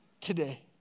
today